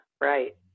right